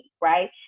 right